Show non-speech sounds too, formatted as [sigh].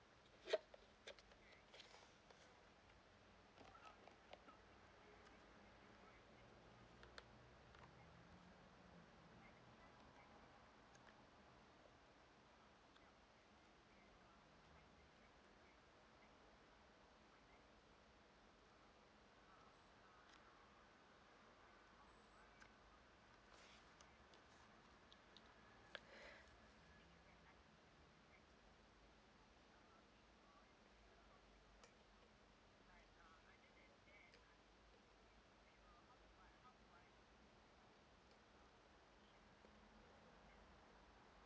[breath]